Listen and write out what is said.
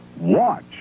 watch